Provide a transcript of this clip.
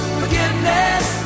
forgiveness